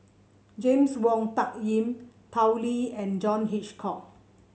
James Wong Tuck Yim Tao Li and John Hitchcock